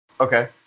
Okay